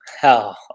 Hell